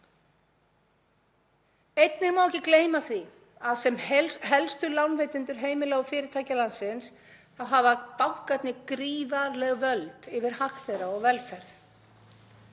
Einnig má ekki gleyma því að sem helstu lánveitendur heimila og fyrirtækja landsins hafa bankarnir gríðarleg völd yfir hag þeirra og velferð.